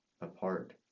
apart